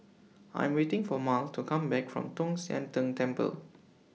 I Am waiting For Mal to Come Back from Tong Sian Tng Temple